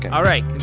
all right.